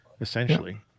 essentially